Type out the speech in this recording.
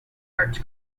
arts